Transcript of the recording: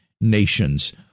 nations